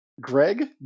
Greg